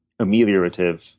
ameliorative